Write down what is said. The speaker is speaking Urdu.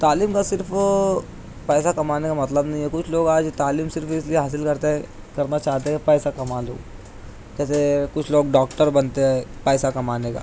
تعلیم بس صرف پیسہ کمانے کا مطلب نہیں ہے کچھ لوگ آج تعلیم صرف اس لیے حاصل کرتے ہیں کرنا چاہتے ہیں پیسہ کما لوں جیسے کچھ لوگ ڈاکٹر بنتے ہیں پیسہ کمانے کا